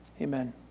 amen